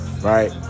right